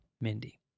Mindy